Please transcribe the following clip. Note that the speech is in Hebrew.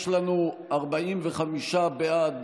יש לנו 45 בעד,